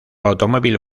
automóvil